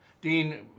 Dean